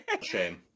Shame